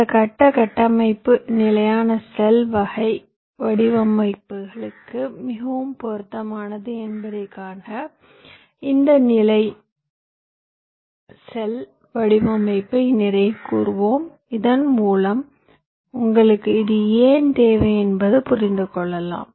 இந்த கட்ட கட்டமைப்பு நிலையான செல் வகை வடிவமைப்புகளுக்கு மிகவும் பொருத்தமானது என்பதைக் காண்க இந்த நிலையான செல் வடிவமைப்பை நினைவுகூருவோம் இதன்மூலம் உங்களுக்கு இது ஏன் தேவை என்பதை புரிந்து கொள்ளலாம்